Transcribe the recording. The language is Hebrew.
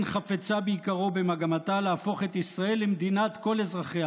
חפצה ביקרו במגמתה להפוך את ישראל למדינת כל אזרחיה.